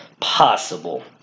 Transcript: possible